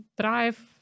drive